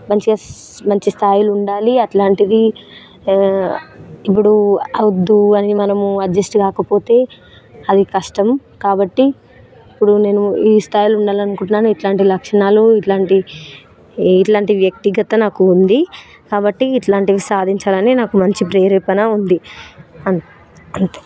మంచిగా మంచి స్థాయిలో ఉండాలి అలాంటిది ఇప్పుడు వద్దు అని మనము అడ్జస్ట్ కాకపోతే అది కష్టం కాబట్టి ఇప్పుడు నేను ఈ స్థాయిలో ఉండాలి అనుకుంటున్నాను ఇలాంటి లక్షణాలు ఇలాంటి ఇలాంటి వ్యక్తిగత నాకు ఉంది కాబట్టి ఇలాంటివి సాధించాలని నాకు మంచి ప్రేరణ ఉంది అన్ అంతే